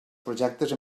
projectes